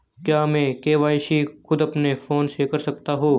क्या मैं के.वाई.सी खुद अपने फोन से कर सकता हूँ?